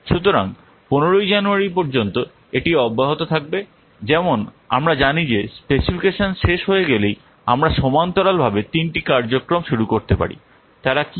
সুতরাং 15 জানুয়ারী পর্যন্ত এটি অব্যাহত থাকবে যেমন আমরা জানি যে স্পেসিফিকেশন শেষ হয়ে গেলেই আমরা সমান্তরালভাবে 3 টি কার্যক্রম শুরু করতে পারি তারা কী